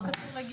זה לא קשור לגיל.